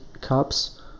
cups